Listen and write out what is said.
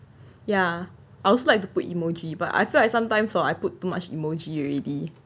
ya I also like to put emoji but I feel like sometimes hor I put too much imagery you already